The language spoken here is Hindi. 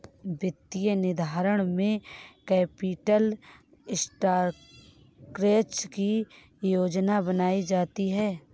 वित्तीय निर्धारण में कैपिटल स्ट्रक्चर की योजना बनायीं जाती है